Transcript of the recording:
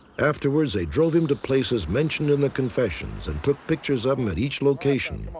afterwards, they drove him to places mentioned in the confessions and took pictures of him at each location.